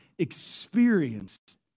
experienced